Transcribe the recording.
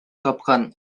тапкан